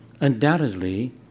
Undoubtedly